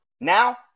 Now